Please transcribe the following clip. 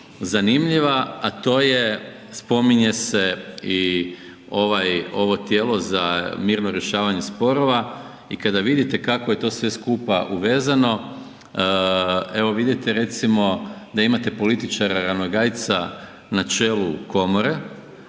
zanimljiva, a to je spominje se i ovaj, ovo tijelo za mirno rješavanje sporova i kada vidite kako je to sve skupa uvezano, evo vidite recimo da imate političara Ranogajca na čelu komore,